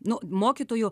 nu mokytojų